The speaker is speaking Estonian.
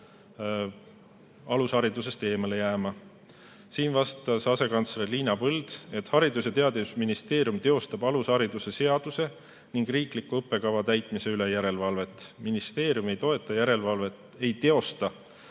alusharidusest eemale jääma. Siin vastas asekantsler Liina Põld, et Haridus‑ ja Teadusministeerium teostab alushariduse seaduse ning riikliku õppekava täitmise üle järelevalvet. Ministeerium ei teosta järelevalvet kohalike